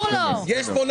הישיבה ננעלה בשעה 10:59.